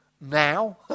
now